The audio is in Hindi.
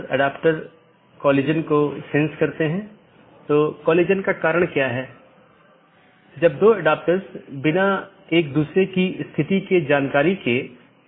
सत्र का उपयोग राउटिंग सूचनाओं के आदान प्रदान के लिए किया जाता है और पड़ोसी जीवित संदेश भेजकर सत्र की स्थिति की निगरानी करते हैं